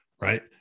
right